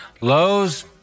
Lows